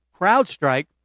CrowdStrike